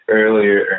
earlier